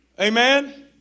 Amen